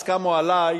אז קמו עלי,